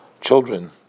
children